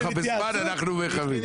אנחנו מכבדים.